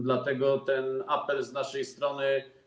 Dlatego ten apel z naszej strony.